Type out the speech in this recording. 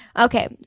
Okay